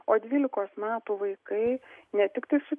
o dvylikos metų vaikai ne tiktai su